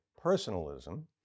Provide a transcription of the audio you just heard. personalism